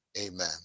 Amen